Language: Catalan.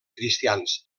cristians